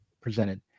presented